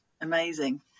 amazing